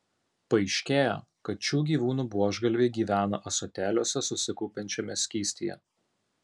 paaiškėjo kad šių gyvūnų buožgalviai gyvena ąsotėliuose susikaupiančiame skystyje